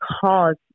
cause